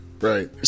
Right